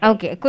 Okay